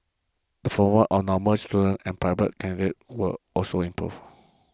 the formal of Normal students and private candidates also improved